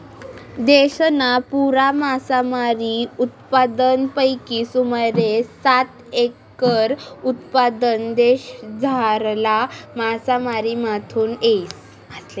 देशना पुरा मासामारी उत्पादनपैकी सुमारे साठ एकर उत्पादन देशमझारला मासामारीमाथून येस